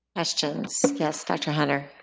questions? yes, dr. hunter?